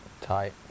Tight